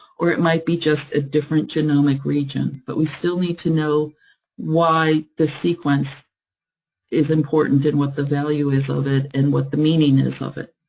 or it might be just a different genomic region. but we still need to know why the sequence is important, and what the value is of it, and what the meaning is of it.